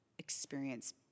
Experience